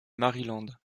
maryland